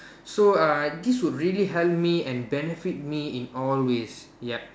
so uh this will really help me and benefit me in all ways yup